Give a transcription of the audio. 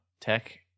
Tech